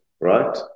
right